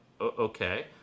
okay